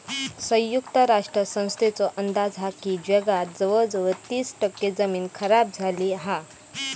संयुक्त राष्ट्र संस्थेचो अंदाज हा की जगात जवळजवळ तीस टक्के जमीन खराब झाली हा